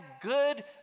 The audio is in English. good